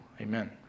Amen